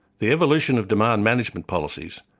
the evolution of demand management policies,